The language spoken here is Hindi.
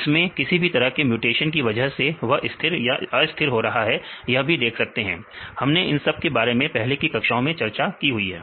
इसमें किसी भी तरह के म्यूटेशन की वजह से वह स्थिर या अस्थिर हो रहा है यह भी देख सकते हैं हमने इन सब के बारे में पहले की कक्षाओं में चर्चा की हुई है